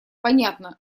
понятно